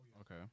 Okay